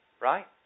right